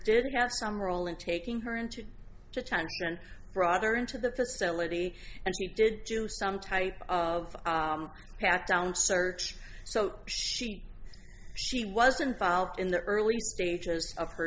did have some role in taking her into the time and brought her into the facility and she did do some type of pat down search so she she was involved in the early stages of her